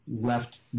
left